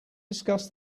discuss